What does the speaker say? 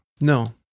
No